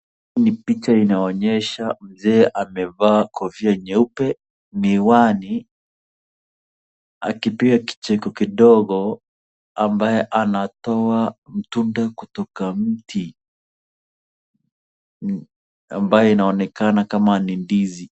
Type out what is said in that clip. Mzee amevaa kofia nyeupe, miwani akipiga kicheko kidogo ambaye anatoa mtumbe kutoka mti, ambaye inaonekana kama ni ndizi.